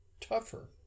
tougher